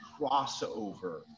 crossover